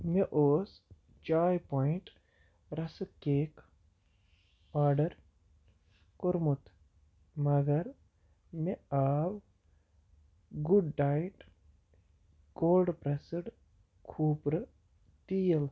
مےٚ اوس Chai Point rusk cake order کوٚرمُت مگر مےٚ آو گُڈ ڈایٹ کولڈ پرٛٮ۪ٮسٕڈ کھوٗپرٕ تیٖل